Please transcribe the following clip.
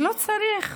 לא צריך